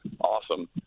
awesome